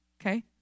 Okay